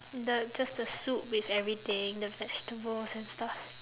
the just the soup with everything the vegetables and stuff